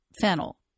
fennel